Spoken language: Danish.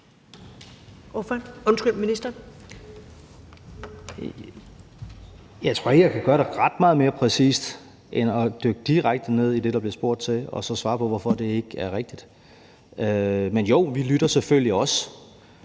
Jeg tror ikke, jeg kan gøre det ret meget mere præcist end at dykke direkte ned i det, der bliver spurgt til, og så svare på, hvorfor det ikke er rigtigt. Men jo, vi lytter selvfølgelig også.